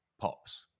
pops